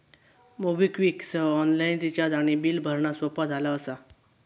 MobiKwik सह online recharge आणि bill भरणा सोपा झाला असा